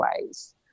ways